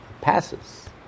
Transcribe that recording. passes